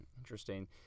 Interesting